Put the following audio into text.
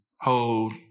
hold